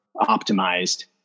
optimized